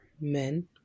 men